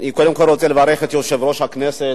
אני קודם כול רוצה לברך את יושב-ראש הכנסת